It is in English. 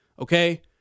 okay